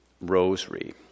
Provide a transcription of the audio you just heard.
rosary